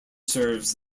serves